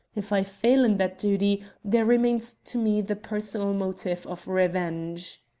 if i fail in that duty there remains to me the personal motive of revenge!